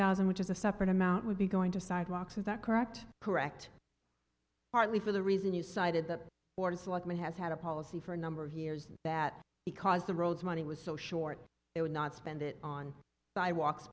thousand which is a separate amount would be going to sidewalks is that correct correct partly for the reason you cited the board's lukman has had a policy for a number of years that because the roads money was so short it would not spend it on sidewalks